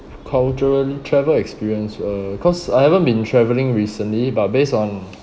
culturally travel experience uh cause I haven't been travelling recently but based on